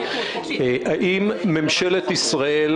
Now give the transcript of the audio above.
האם קרה אי פעם,